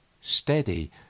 steady